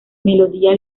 melodía